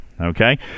Okay